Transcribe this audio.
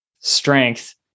strength